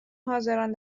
حاضران